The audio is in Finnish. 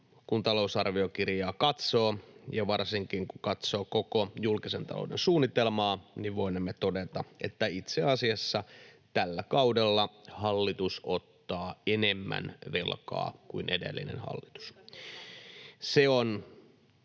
kun talousarviokirjaa katsoo, ja varsinkin, kun katsoo koko julkisen talouden suunnitelmaa, voinemme todeta, että itse asiassa tällä kaudella hallitus ottaa enemmän velkaa kuin edellinen hallitus. [Pia